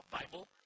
Bible